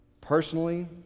personally